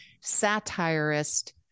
satirist